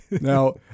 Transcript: Now